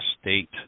state